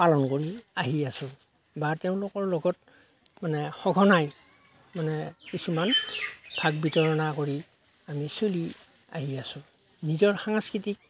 পালন কৰি আহি আছো বা তেওঁলোকৰ লগত মানে সঘনাই মানে কিছুমান ভাগ বিতৰণা কৰি আমি চলি আহি আছো নিজৰ সাংস্কৃতিক